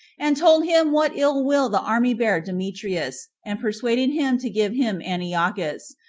and told him what ill-will the army bare demetrius, and persuaded him to give him antiochus,